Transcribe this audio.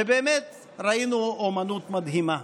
ובאמת, ראינו אומנות מדהימה.